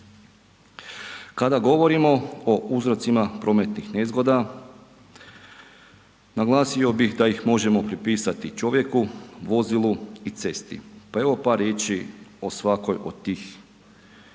Kada govorimo o uzrocima prometnih nezgoda, naglasio bih da ih možemo pripisati čovjeku, vozilu i cesti pa evo par riječi o svakoj od tih